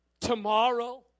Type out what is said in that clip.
tomorrow